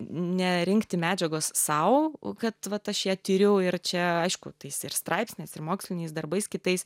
nerinkti medžiagos sau kad vat aš ją tiriu ir čia aišku tais ir straipsniais ir moksliniais darbais kitais